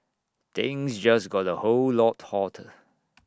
things just got A whole lot hotter